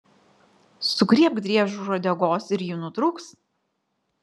sugriebk driežui už uodegos ir ji nutrūks